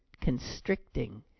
constricting